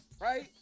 Right